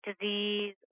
disease